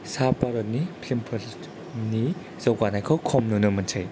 सा भारनि फिल्म फोरनि जौगानायखौ खम नुनो मोनसै